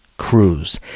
cruise